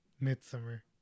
Midsummer